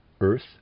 earth